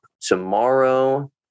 tomorrow